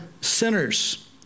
sinners